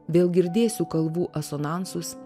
vėl girdėsiu kalvų asonansus